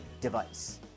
device